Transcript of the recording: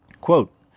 Quote